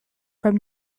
from